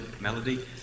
melody